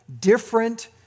different